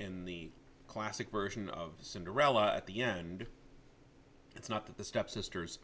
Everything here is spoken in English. in the classic version of cinderella at the end it's not that the stepsisters